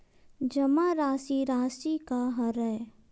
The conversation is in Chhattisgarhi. जमा राशि राशि का हरय?